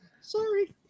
Sorry